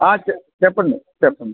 చె చెప్పండి చెప్పండి